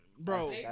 Bro